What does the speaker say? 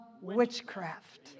witchcraft